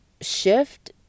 shift